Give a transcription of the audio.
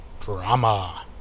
Drama